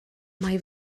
mae